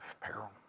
peril